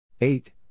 Eight